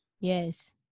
Yes